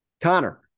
Connor